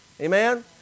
Amen